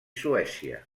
suècia